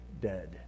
dead